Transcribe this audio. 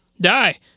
die